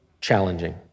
challenging